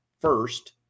first